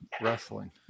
wrestling